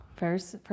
First